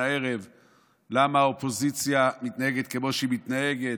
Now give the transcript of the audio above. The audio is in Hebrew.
הערב על למה האופוזיציה מתנהגת כמו שהיא מתנהגת.